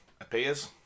appears